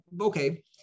okay